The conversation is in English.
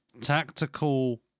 tactical